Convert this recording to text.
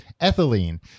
ethylene